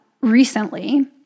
recently